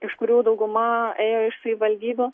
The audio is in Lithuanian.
iš kurių dauguma ėjo iš savivaldybių